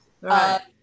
Right